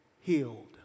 healed